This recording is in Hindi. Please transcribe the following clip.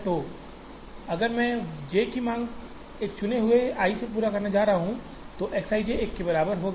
तो अगर मैं इस j की मांग एक चुने हुए i से पूरी करने जा रहा हूं तो X i j 1 के बराबर होगा